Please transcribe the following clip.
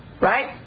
right